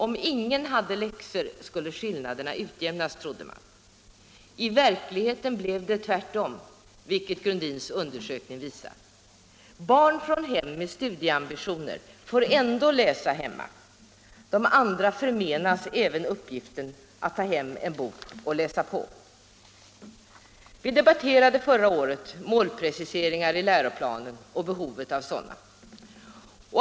Om ingen hade läxor skulle skillnaderna utjämnas — trodde man. I verkligheten blev det tvärtom, vilket Grundins undersökning visar. Barn från hem med studieambitioner får ändå läsa hemma — de andra barnen förmenas även uppgiften att ta hem en bok och läsa på. Vi debatterade förra året målpreciseringar i läroplanen och behovet av sådana.